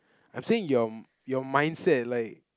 I'm saying your your mindset like